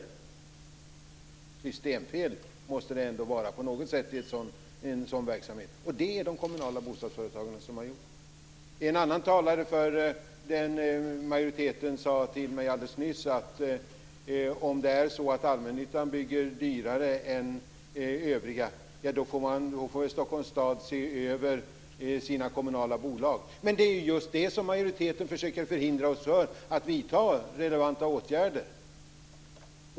Ett systemfel måste det ändå vara på något sätt i en sådan verksamhet, och det är det de kommunala bostadsföretagen som har gjort. En annan företrädare för majoriteten sade till mig alldeles nyss att om det är så att allmännyttan bygger dyrare än övriga, får Stockholms stad se över sina kommunala bolag. Men vad majoriteten just försöker göra är att förhindra oss från att vidta relevanta åtgärder.